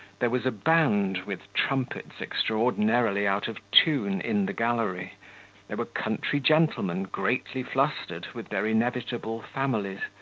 there was a band, with trumpets extraordinarily out of tune, in the gallery there were country gentlemen, greatly flustered, with their inevitable families,